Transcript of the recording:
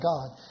God